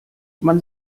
man